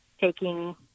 taking